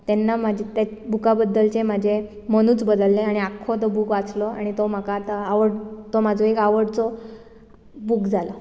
तेन्ना म्हाजे त्या बुका बद्दलचे म्हाजे मनूच बदल्ले आनी आख्खो तो बूक वाचलो आनी तो म्हाका आतां आवड तो म्हजो एक आवडचो बुक जाला